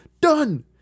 done